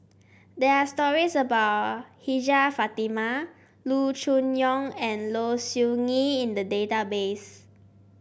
there are stories about Hajjah Fatimah Loo Choon Yong and Low Siew Nghee in the database